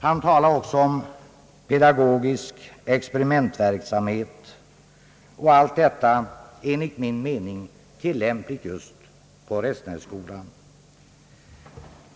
Han talar också om pedagogisk experimentverksamhet. Allt detta är enligt min mening tillämpligt just på Restenässkolan.